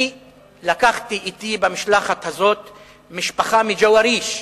אני לקחתי אתי במשלחת הזאת משפחה מג'ואריש,